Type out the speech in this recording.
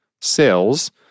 Sales